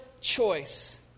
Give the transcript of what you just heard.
choice